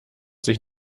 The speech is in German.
sich